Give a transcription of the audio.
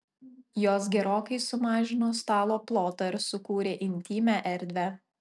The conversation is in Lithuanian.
jos gerokai sumažino stalo plotą ir sukūrė intymią erdvę